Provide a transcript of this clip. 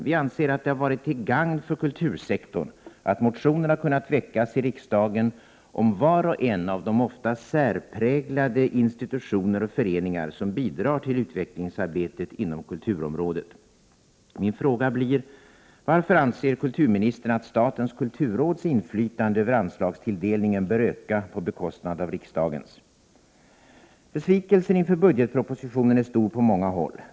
Vi anser att det varit till gagn för kultursektorn att motioner kunnat väckas i riksdagen om var och en av de ofta särpräglade institutioner och föreningar som bidrar till utvecklingsarbetet inom kulturområdet. Min fråga blir: Varför anser kulturministern att statens kulturråds inflytande över anslagstilldelningen bör öka på bekostnad av riksdagens? Besvikelsen inför budgetpropositionen är stor på många håll.